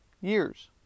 years